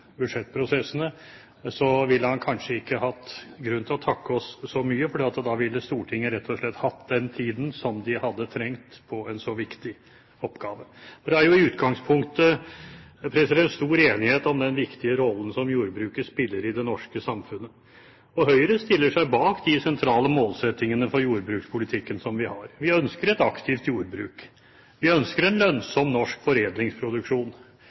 budsjettprosessene, ville han kanskje ikke hatt grunn til å takke oss så mye, for da ville Stortinget rett og slett hatt den tiden som det hadde trengt på en så viktig oppgave. Det er jo i utgangspunktet stor enighet om den viktige rollen som jordbruket spiller i det norske samfunnet. Høyre stiller seg bak de sentrale målsettingene vi har for jordbrukspolitikken. Vi ønsker et aktivt jordbruk, vi ønsker en lønnsom norsk foredlingsproduksjon,